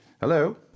Hello